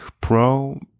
Pro